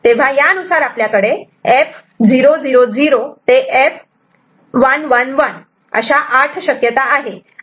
तेव्हा यानुसार आपल्या कडे F ते F अशा 8 शक्यता आहेत